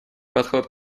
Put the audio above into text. подход